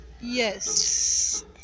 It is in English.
yes